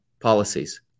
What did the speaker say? policies